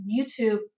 YouTube